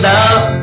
Love